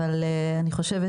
אבל אני חושבת,